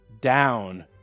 down